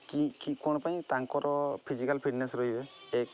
କି କି କ'ଣ ପାଇଁ ତାଙ୍କର ଫିଜିକାଲ୍ ଫିଟ୍ନେସ୍ ରହିବେ ଏକ